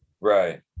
Right